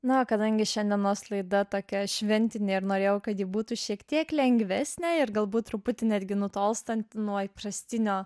na o kadangi šiandienos laida tokia šventinė ir norėjau kad ji būtų šiek tiek lengvesnė ir galbūt truputį netgi nutolstant nuo įprastinio